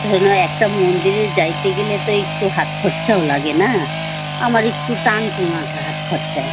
ধরে নাও একটা মন্দিরে যেতে গেলে তো একটু হাত খরচাও লাগে না আমার একটু টানটুন আছে হাত খরচায়